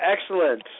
excellent